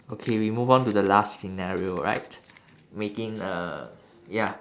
okay we move on to the last scenario right making uh ya